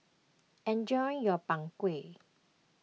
enjoy your Png Kueh